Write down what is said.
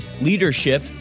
leadership